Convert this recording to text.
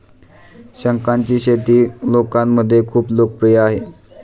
शंखांची शेती लोकांमध्ये खूप लोकप्रिय आहे